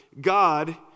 God